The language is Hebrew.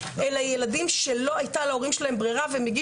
הם כוח